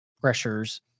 pressures